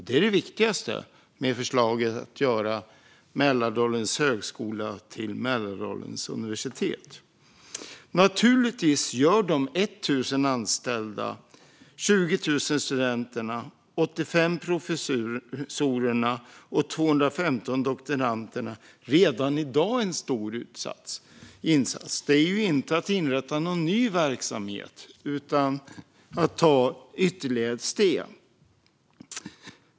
Det är det viktigaste med förslaget att göra Mälardalens högskola till Mälardalens universitet. Naturligtvis gör de 1 000 anställda, 20 000 studenterna, 85 professorerna och 215 doktoranderna redan i dag en stor insats. Man kommer ju inte att inrätta någon ny verksamhet. I stället tar man ytterligare ett steg.